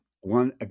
One